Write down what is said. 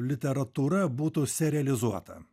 literatūra būtų serializuota